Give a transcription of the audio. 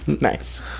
Nice